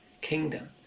kingdom